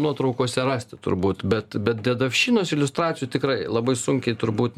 nuotraukose rasti turbūt bet bet dedovščinos iliustracijų tikrai labai sunkiai turbūt